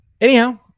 Anyhow